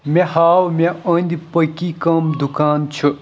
مےٚ ہاو مےٚ أنٛدۍ پٔكی کَم دُکان چھِ